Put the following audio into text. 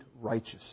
righteous